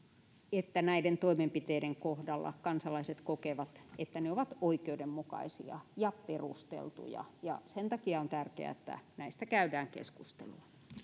että näiden toimenpiteiden kohdalla kansalaiset kokevat että ne ovat oikeudenmukaisia ja perusteltuja ja sen takia on tärkeää että näistä käydään keskustelua